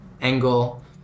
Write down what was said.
angle